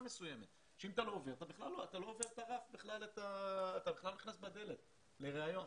מסוימת שבלעדיה אתה לא נכנס בדלת לראיון.